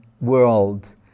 world